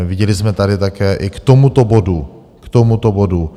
Viděli jsme tady také i k tomuto bodu k tomuto bodu!